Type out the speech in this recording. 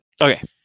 Okay